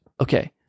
okay